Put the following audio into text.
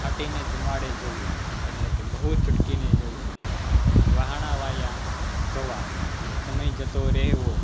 ફાટીને ધુમાડે જવું એટલે કે બહુ જ અટકીને જવું વહાણા વાયા જવા એટલે સમય જતો રહેવો